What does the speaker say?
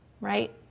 Right